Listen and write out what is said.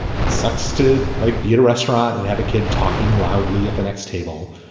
it sucks to like be at a restaurant and have a kid talking loudly at the next table.